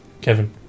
Kevin